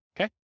okay